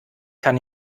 kann